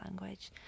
language